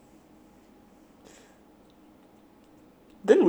then will you go exchange program